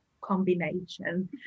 combination